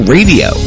Radio